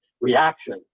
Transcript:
reaction